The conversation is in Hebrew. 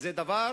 היא דבר